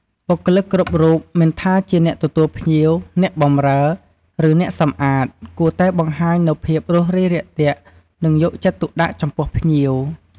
បុគ្គលិកគ្រប់រូប មិនថាជាអ្នកទទួលភ្ញៀវ អ្នកបម្រើ ឬអ្នកសំអាត គួរតែបង្ហាញនូវភាព រួសរាយរាក់ទាក់ និងយកចិត្តទុកដាក់ចំពោះភ្ញៀវ។